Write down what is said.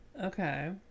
Okay